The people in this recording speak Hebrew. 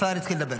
השר התחיל לדבר.